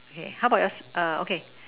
okay how about your err okay